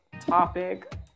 topic